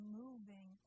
moving